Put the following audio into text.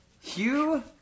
Hugh